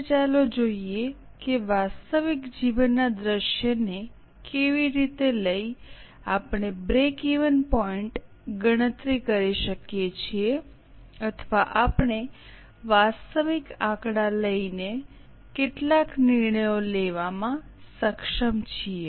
આજે ચાલો જોઈએ કે વાસ્તવિક જીવનના દૃશ્યને લઈ ને આપણે કેવી રીતે બ્રેક ઇવન પોઇન્ટ ની ગણતરી કરી શકીએ છીએ અથવા આપણે વાસ્તવિક આંકડા ને લઈને કેટલાક નિર્ણયો લેવામાં સક્ષમ છીએ